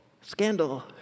Scandal